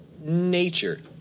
Nature